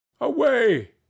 away